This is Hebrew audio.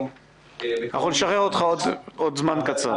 אנחנו נשחרר אותך עוד זמן קצר.